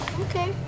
Okay